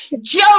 Joe